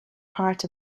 part